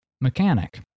mechanic